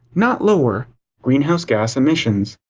not lower greenhouse gas emissions.